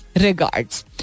regards